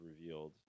revealed